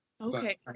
okay